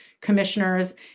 commissioners